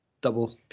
double